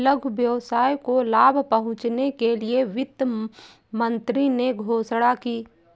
लघु व्यवसाय को लाभ पहुँचने के लिए वित्त मंत्री ने घोषणा की